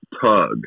tug